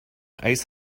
ice